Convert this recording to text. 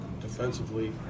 defensively